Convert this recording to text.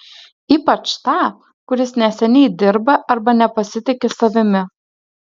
ypač tą kuris neseniai dirba arba nepasitiki savimi